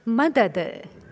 मदद